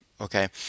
Okay